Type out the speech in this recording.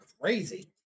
crazy